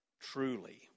truly